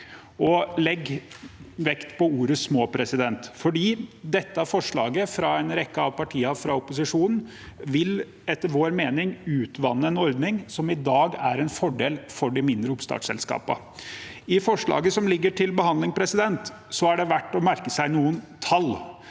legger vekt på ordet «små», for dette forslaget fra en rekke av partiene fra opposisjonen vil, etter vår mening, utvanne en ordning som i dag er en fordel for de mindre oppstartsselskapene. I forslaget som ligger til behandling, er det verdt å merke seg noen tall.